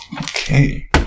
Okay